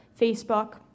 Facebook